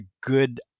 good